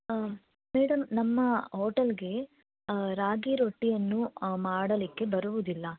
madam ನಮ್ಮ ಹೋಟೆಲ್ಗೆ ರಾಗಿ ರೊಟ್ಟಿಯನ್ನು ಮಾಡಲಿಕ್ಕೆ ಬರುವುದಿಲ್ಲ